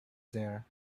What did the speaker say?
there